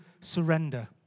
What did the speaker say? surrender